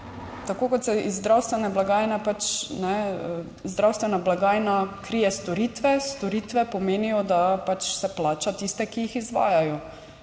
pač ne zdravstvena blagajna krije storitve, storitve pomenijo, da pač se plača tiste, ki jih izvajajo.